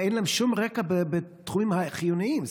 אין להם שום רקע בתחומים החיוניים,